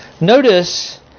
notice